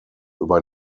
über